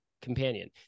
companion